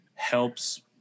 helps